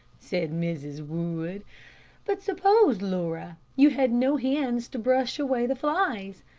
said mrs. wood but suppose, laura, you had no hands to brush away the flies.